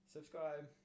Subscribe